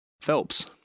Phelps